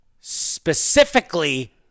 Specifically